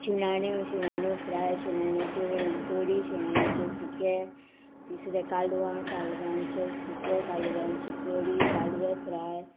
शिनाण्यो शिनाण्यो फ्राय शिनाण्याच्यो कडी शिनाण्याचें सुकें तिसरे कालवां कालवांचें सुकें कालव्यांची कडी कालवे फ्राय